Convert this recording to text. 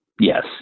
Yes